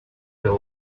the